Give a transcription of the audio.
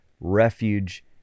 refuge